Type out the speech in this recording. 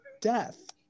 death